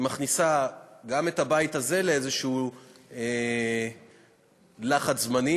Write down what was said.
היא מכניסה גם את הבית הזה לאיזה לחץ זמנים,